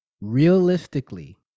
realistically